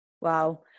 Wow